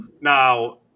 now